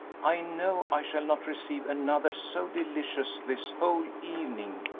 i know i shall not receive another so delicious this whole evening,